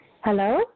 Hello